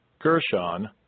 Gershon